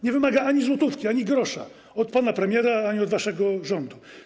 Nie wymaga ani złotówki, ani grosza od pana premiera ani od waszego rządu.